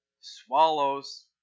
swallows